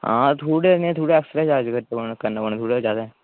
हां थोह्ड़ा नेहा थोह्ड़ा ऐक्स्ट्रा चार्ज करने पौना थोह्ड़ा ज्यादा